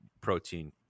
protein